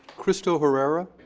crystal hererra.